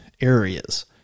areas